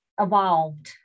evolved